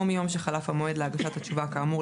או מיום שחלף המועד להגשת התשובה כאמור,